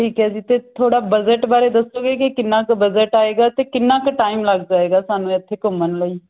ਠੀਕ ਹੈ ਜੀ ਅਤੇ ਥੋੜ੍ਹਾ ਬਜਟ ਬਾਰੇ ਦੱਸੋਗੇ ਕਿ ਕਿੰਨਾਂ ਕੁ ਬਜਟ ਆਏਗਾ ਅਤੇ ਕਿੰਨਾਂ ਕੁ ਟਾਈਮ ਲੱਗ ਜਾਏਗਾ ਸਾਨੂੰ ਇੱਥੇ ਘੁੰਮਣ ਲਈ